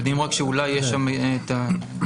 יודעים רק שאולי יש שם את הראיה.